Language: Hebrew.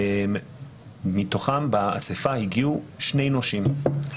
מתוכם לאסיפה הגיעו שני נושים.